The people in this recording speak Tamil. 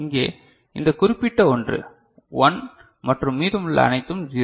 இங்கே இந்த குறிப்பிட்ட ஒன்று 1 மற்றும் மீதமுள்ள அனைத்தும் 0